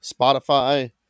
Spotify